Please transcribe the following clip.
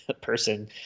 person